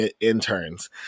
interns